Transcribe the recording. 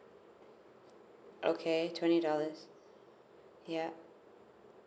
okay twenty dollars yeah